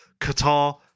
qatar